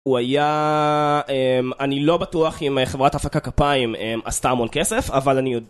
הוא היה...אמ... אני לא בטוח אם חברת ההפקה כפיים עשתה המון כסף, אבל אני יודע...